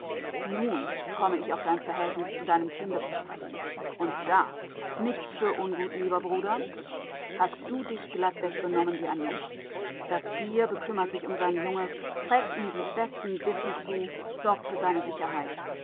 nun komme ich auf dein verhältnis zu deinem kinde zu sprechen und da nichts für ungut lieber bruder hast du dich glattweg benommen wie ein lump das tier bekümmert sich um sein junges trägt ihm die besten bissen zu sorgt für seine sicherheit